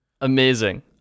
Amazing